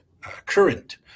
current